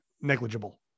negligible